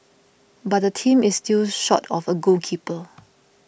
but the team is still short of a goalkeeper